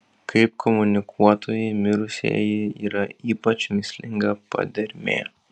kaip komunikuotojai mirusieji yra ypač mįslinga padermė